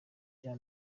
rya